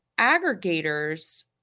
aggregators